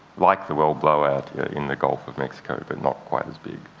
like the well blowout in the gulf of mexico, but not quite as big.